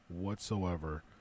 whatsoever